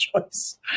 choice